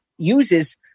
uses